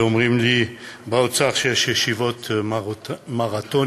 ואומרים לי באוצר שיש ישיבות מרתוניות